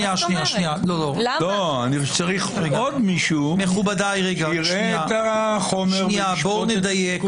צריך עוד מישהו שיראה את החומר וישקול את השיקולים.